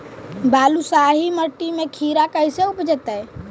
बालुसाहि मट्टी में खिरा कैसे उपजतै?